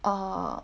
uh